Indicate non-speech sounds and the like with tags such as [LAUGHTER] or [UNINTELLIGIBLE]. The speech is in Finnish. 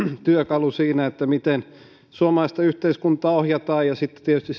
työkalu siinä miten suomalaista yhteiskuntaa ohjataan ja sitten tietysti [UNINTELLIGIBLE]